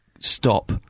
stop